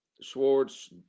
Schwartz